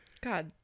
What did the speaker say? God